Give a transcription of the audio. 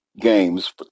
games